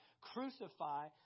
crucify